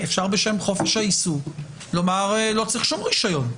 אפשר בשם חופש העיסוק לומר שלא צריך שום רישיון.